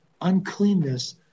uncleanness